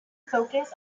focus